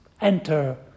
enter